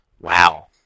Wow